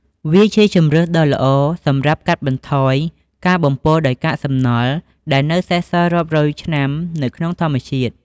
វាជាជម្រើសដ៏ល្អសម្រាប់កាត់បន្ថយ ការបំពុលដោយកាកសំណល់ ដែលនៅសេសសល់រាប់រយឆ្នាំនៅក្នុងធម្មជាតិ។